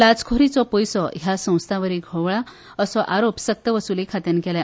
लाचखोरीचो पयसो ह्या संस्थावरवी घोवळा अशें आरोप सक्तवसूली खात्यान केल्या